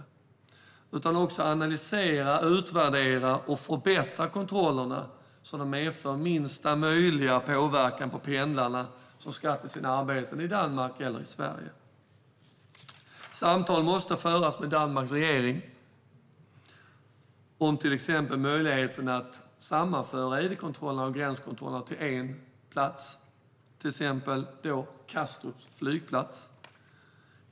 Man bör också analysera, utvärdera och förbättra kontrollerna så att de medför minsta möjliga påverkan för de pendlare som ska till sina arbeten i Danmark eller i Sverige. Samtal måste föras med Danmarks regering om till exempel möjligheterna att sammanföra id-kontrollerna och gränskontrollerna till en kontroll på Kastrups flygplats.